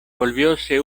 volvióse